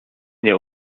nie